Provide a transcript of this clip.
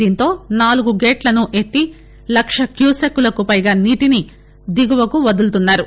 దీంతో నాలుగు గేట్లను ఎత్తి లక్ష క్యూసెక్కులకు పైగా నీటిని దిగువకు వదులుతున్నారు